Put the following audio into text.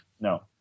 No